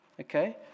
Okay